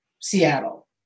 Seattle